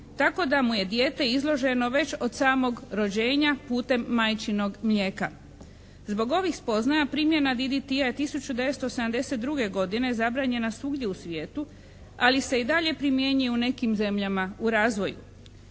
tako da mu je dijete izloženo već od samog rođenja putem majčinog mlijeka. Zbog ovih spoznaja primjena DDT-a je 1972. godine zabranjena svugdje u svijetu, ali se i dalje primjenjuje u nekim zemljama u razvoju.